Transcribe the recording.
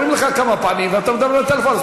קוראים לך כמה פעמים ואתה מדבר בטלפון,